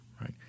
right